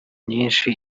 nyishi